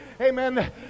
Amen